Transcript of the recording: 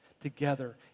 together